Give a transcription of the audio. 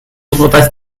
wybodaeth